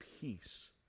peace